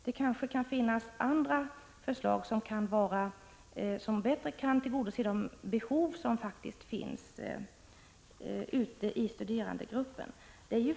Det kan finnas andra förslag som bättre tillgodoser behoven i studerandegruppen. Alla lever inte dåligt på Prot.